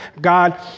God